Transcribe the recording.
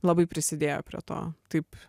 labai prisidėjo prie to taip